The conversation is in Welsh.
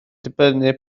dibynnu